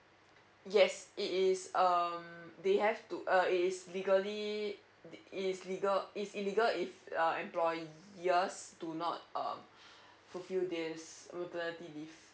yes it is um they have to uh it is legally it is legal it's illegal if uh employers do not um fulfil this maternity leave